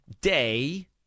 day